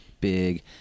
big